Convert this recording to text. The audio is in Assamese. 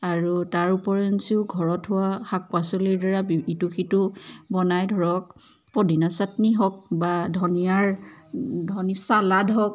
আৰু তাৰ উপৰিঞ্চিও ঘৰত হোৱা শাক পাচলিৰ দ্বাৰা ইটো সিটো বনাই ধৰক পদিনা চাটনি হওক বা ধনিয়াৰ চালাদ হওক